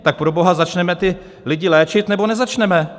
Tak proboha, začneme ty lidi léčit, nebo nezačneme?